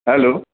hello